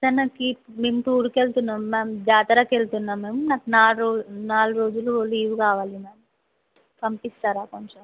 తనకి మేము టూర్కి వెళ్తున్నాం మ్యామ్ జాతరకెళ్తున్నాం మ్యామ్ నాకు నాలుగు రో నాలుగు రోజులు లీవ్ కావాలి మ్యామ్ పంపిస్తారా కొంచెం